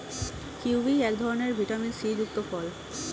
kiwi এক ধরনের vitamin C যুক্ত ফল